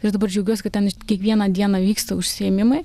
ir dabar džiaugiuosi kad ten kiekvieną dieną vyksta užsiėmimai